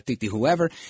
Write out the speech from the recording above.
whoever